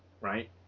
right